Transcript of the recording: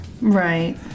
Right